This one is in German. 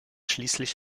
schließlich